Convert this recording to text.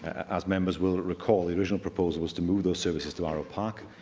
as members will recall, the original proposal was to move those services to arrowe park